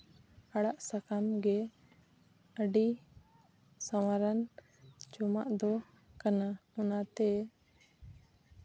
ᱟᱲᱟᱜ ᱥᱟᱠᱟᱢ ᱜᱮ ᱟᱹᱰᱤ ᱥᱟᱶᱟ ᱨᱟᱱ ᱡᱚᱢᱟᱜ ᱫᱚ ᱠᱟᱱᱟ ᱚᱱᱟᱛᱮ